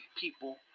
people